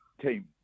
team